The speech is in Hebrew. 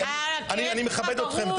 אני מכבד אתכם,